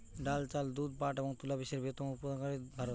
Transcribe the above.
ডাল, চাল, দুধ, পাট এবং তুলা বিশ্বের বৃহত্তম উৎপাদনকারী ভারত